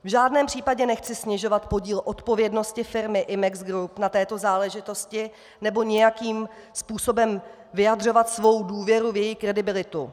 V žádném případě nechci snižovat podíl odpovědnosti firmy Imex Group na této záležitosti nebo nějakým způsobem vyjadřovat svou důvěru v její kredibilitu.